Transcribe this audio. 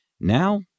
Now